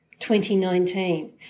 2019